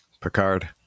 Picard